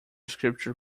scripture